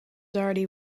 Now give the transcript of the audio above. already